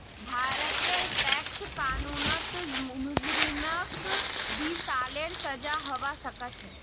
भारतेर टैक्स कानूनत मुजरिमक दी सालेर सजा हबा सखछे